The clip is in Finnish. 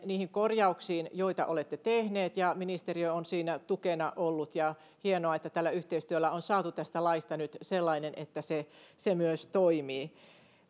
niihin korjauksiin joita olette tehneet ja ministeriö on siinä tukena ollut hienoa että tällä yhteistyöllä on saatu tästä laista nyt sellainen että se se myös toimii